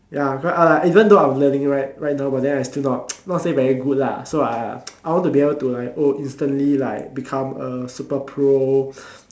ya even though I'm learning right right now but then I still not not say very good lah so I I want to be able to like oh instantly like become a super pro